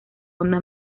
onda